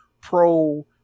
pro